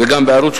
ביחד עם